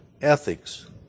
ethics